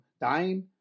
dying